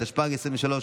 התשפ"ג 2023,